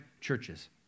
churches